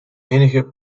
enige